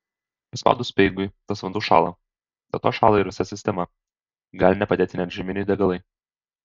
paspaudus speigui tas vanduo šąla dėl to šąla ir visa sistema gali nepadėti net žieminiai degalai